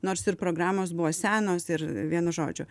nors ir programos buvo senos ir vienu žodžiu